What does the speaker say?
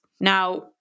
Now